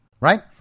right